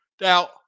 Now